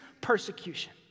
persecution